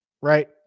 right